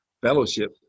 fellowship